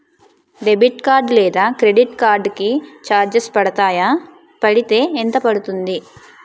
Debit card లేదా credit card కి charges పడతాయా? పడితే ఎంత పడుతుంది?